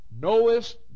knowest